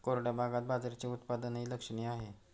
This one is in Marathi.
कोरड्या भागात बाजरीचे उत्पादनही लक्षणीय आहे